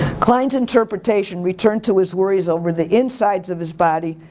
klein's interpretation returned to his worries over the insides of his body,